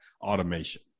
automation